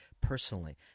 personally